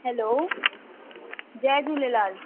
हलो जय झूलेलाल